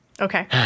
Okay